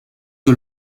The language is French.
que